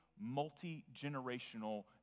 multi-generational